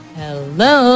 hello